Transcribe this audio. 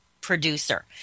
producer